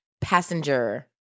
passenger